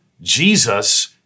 Jesus